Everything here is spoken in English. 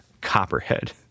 Copperhead